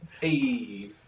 Hey